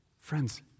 Friends